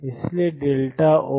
और इसलिए O0